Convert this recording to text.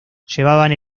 llevaban